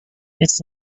its